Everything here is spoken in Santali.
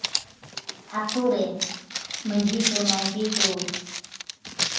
ᱟᱹᱛᱩ ᱨᱮ ᱢᱟ ᱡᱷᱤ ᱠᱚ ᱱᱟᱭᱠᱮ ᱠᱚ